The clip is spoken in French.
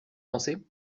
danser